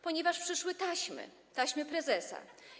Ponieważ przyszły taśmy, taśmy prezesa.